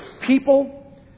people